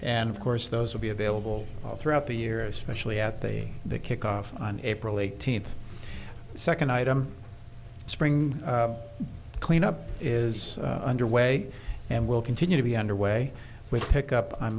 and of course those will be available all throughout the year especially at the kickoff on april eighteenth second item spring cleanup is underway and will continue to be underway with pick up on